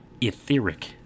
etheric